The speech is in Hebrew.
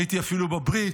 הייתי אפילו בברית.